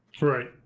Right